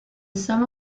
some